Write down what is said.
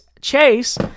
Chase